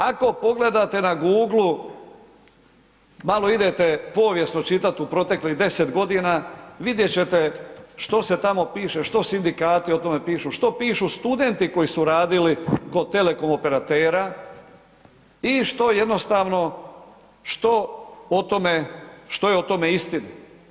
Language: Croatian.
Ako pogledate na Google-u, malo idete povijesno čitati u proteklih 10 godina, vidjet ćete što se tamo piše, što sindikati o tome pišu, što pišu studenti koji su radili kod telekom operatera i što jednostavno, što o tome, što je o tome istina.